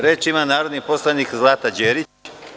Reč ima narodni poslanik Zlata Đerić.